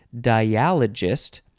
dialogist